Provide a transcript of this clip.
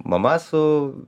mama su